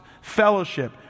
fellowship